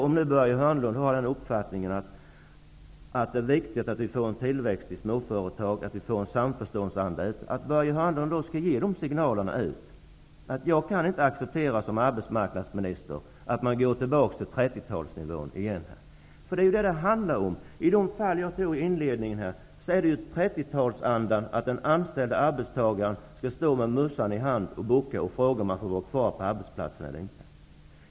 Om nu Börje Hörnlund har den uppfattningen att det är viktigt att vi får en tillväxt i småföretagen och att vi får en samförståndsanda, tycker jag att Börje Hörnlund skall ge de signalerna och säga att han som arbetsmarknadsminister inte kan acceptera att man går tillbaka till 30-talsnivån. Det är ju det det handlar om. I de fall jag nämnde i inledningen var det fråga om 30-talsanda. Den anställde skall stå med mössan i hand och bocka och fråga om han får vara kvar på arbetsplatsen eller inte.